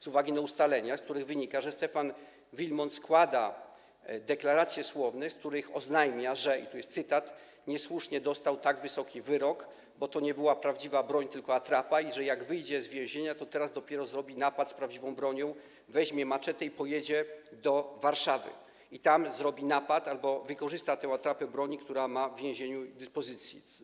Z uwagi na ustalenia, z których wynika, że Stefan W. składa deklaracje słowne, w których oznajmia, że niesłusznie dostał tak wysoki wyrok, bo to nie była prawdziwa broń, tylko atrapa, i że jak wyjdzie z więzienia, to teraz dopiero zrobi napad z prawdziwą bronią, weźmie maczetę i pojedzie do Warszawy i tam zrobi napad albo wykorzysta tę atrapę broni, którą ma w więzieniu do dyspozycji.